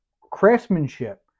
craftsmanship